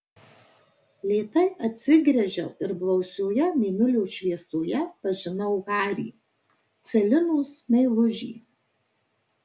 lėtai atsigręžiau ir blausioje mėnulio šviesoje pažinau harį celinos meilužį